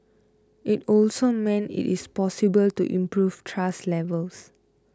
it also means it is possible to improve trust levels